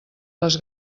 les